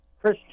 Chris